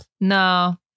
No